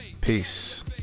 Peace